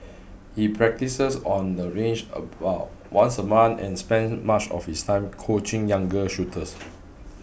he practises on the range about once a month and spends much of his time coaching younger shooters